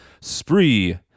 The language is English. Spree